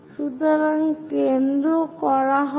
সুতরাং কেন্দ্র করা হবে